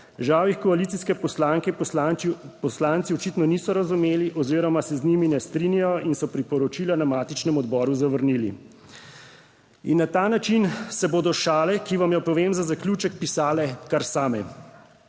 Žal jih koalicijske poslanke in poslanci očitno niso razumeli oziroma se z njimi ne strinjajo in so priporočila na matičnem odboru zavrnili. In na ta način se bodo šale, ki vam jo povem za zaključek, pisale kar same.